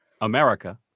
America